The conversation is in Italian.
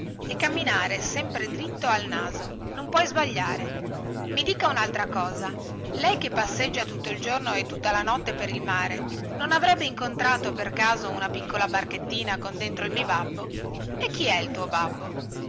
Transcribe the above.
e camminare sempre diritto al naso non puoi sbagliare i dica unaltra cosa lei che passeggia tutto il giorno e tutta la notte per il mare non avrebbe incontrato per caso una piccola barchettina con dentro il mi babbo e chi è il tuo babbo